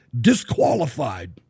disqualified